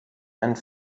and